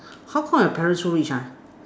how come your parent so richer